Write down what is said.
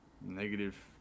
Negative